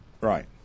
Right